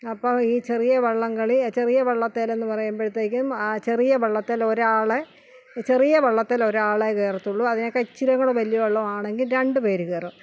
അപ്പോൾ ഈ ചെറിയ വള്ളംകളി ചെറിയ വള്ളത്തിലെന്ന് പറയുമ്പോഴത്തേക്കും ചെറിയ വള്ളത്തിൽ ഒരാളേ ചെറിയ വള്ളത്തിൽ ഒരാളേ കയറത്തുള്ളൂ അതിനേക്കാൾ ഇത്തിരി വലിയ വള്ളമാണെങ്കിൽ രണ്ട് പേർ കയറും